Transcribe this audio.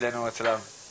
דרך אימה ופאניקה,